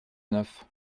neuf